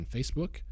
Facebook